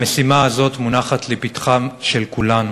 המשימה הזאת מונחת לפתחם, לפתח של כולנו,